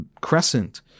crescent